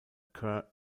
kerr